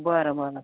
बरं बरं